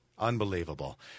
Unbelievable